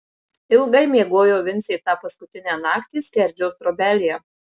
ilgai miegojo vincė tą paskutinę naktį skerdžiaus trobelėje